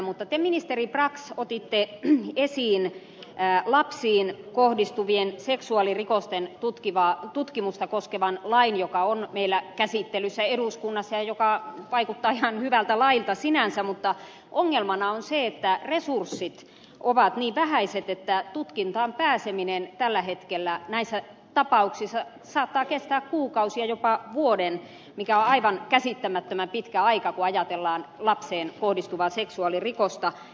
mutta te ministeri brax otitte esiin lapsiin kohdistuvien seksuaalirikosten tutkimusta koskevan lain joka on meillä käsittelyssä eduskunnassa ja joka vaikuttaa ihan hyvältä lailta sinänsä mutta ongelmana on se että resurssit ovat niin vähäiset että tutkintaan pääseminen tällä hetkellä näissä tapauksissa saattaa kestää kuukausia jopa vuoden mikä on aivan käsittämättömän pitkä aika kun ajatellaan lapseen kohdistuvaa seksuaalirikosta